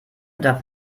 darf